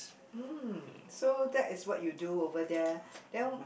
mm so that is what you do over there then